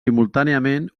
simultàniament